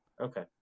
Okay